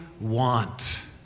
want